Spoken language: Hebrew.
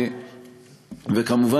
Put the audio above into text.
וכמובן,